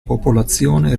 popolazione